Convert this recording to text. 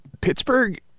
Pittsburgh